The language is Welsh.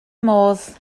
modd